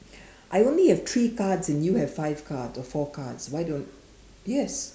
I only have three cards and you have five cards or four cards why don't yes